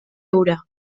hura